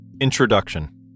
Introduction